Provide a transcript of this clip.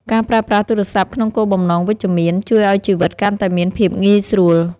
ការប្រើប្រាស់ទូរស័ព្ទក្នុងគោលបំណងវិជ្ជមាន ជួយឱ្យជីវិតកាន់តែមានភាពងាយស្រួល។